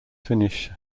finnish